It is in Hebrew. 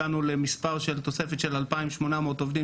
הגענו למספר של תוספת של 2,800 עובדים